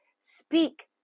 Speak